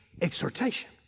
exhortation